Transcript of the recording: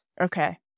Okay